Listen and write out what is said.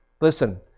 Listen